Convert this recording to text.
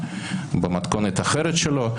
במתכונת אחרת שלו.